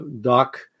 doc